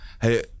hey